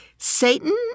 Satan